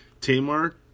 Tamar